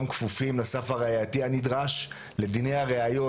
כפופים לסף הראייתי הנדרש לדיני הראיות,